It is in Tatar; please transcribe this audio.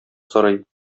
сорый